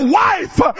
wife